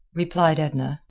replied edna,